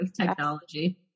technology